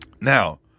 now